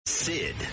Sid